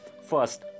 first